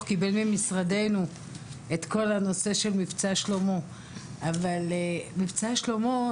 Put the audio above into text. קיבל ממשרדנו את כל הנושא של "מבצע שלמה",